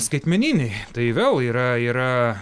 skaitmeniniai tai vėl yra yra